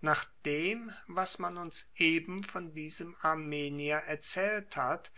nach dem was man uns eben von diesem armenier erzählt hat